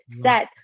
set